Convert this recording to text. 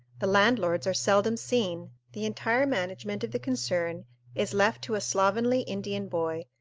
the landlords are seldom seen the entire management of the concern is left to a slovenly indian boy,